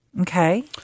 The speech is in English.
Okay